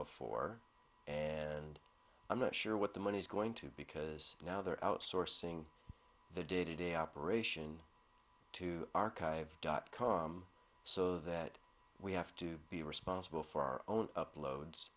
before and i'm not sure what the money's going to be because now they're outsourcing the day to day operation to archive dot com so that we have to be responsible for our own uploads